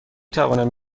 توانم